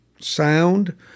sound